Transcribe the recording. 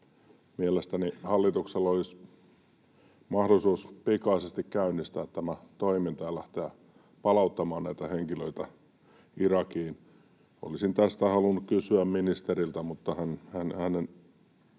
Mielestäni hallituksella olisi mahdollisuus pikaisesti käynnistää tämä toiminta ja lähteä palauttamaan näitä henkilöitä Irakiin. Olisin halunnut kysyä ministeriltä hänen